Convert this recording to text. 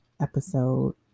episode